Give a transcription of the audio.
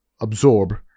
absorb